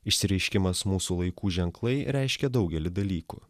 išsireiškimas mūsų laikų ženklai reiškė daugelį dalykų